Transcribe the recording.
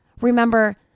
Remember